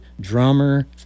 drummer